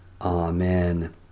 Amen